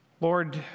Lord